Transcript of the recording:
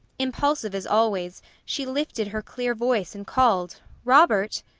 impulsive as always, she lifted her clear voice and called robert!